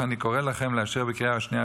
אך אני קורא לכם לאשר בקריאה השנייה